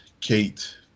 Kate